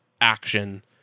action